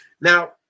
now